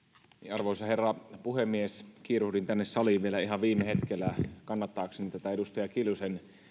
arvoisa herra puhemies kiiruhdin tänne saliin vielä ihan viime hetkellä kannattaakseni tätä edustaja kiljusen